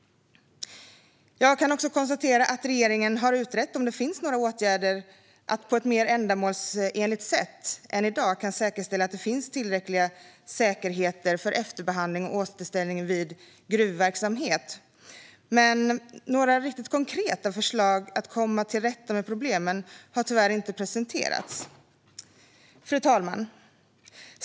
Jag kan också konstatera att regeringen har utrett om det finns några åtgärder som på ett mer ändamålsenligt sätt än i dag kan säkerställa att det finns tillräckliga säkerheter för efterbehandling och återställning vid gruvverksamhet. Men några konkreta förslag för att komma till rätta med problemen har tyvärr inte presenterats. Fru talman!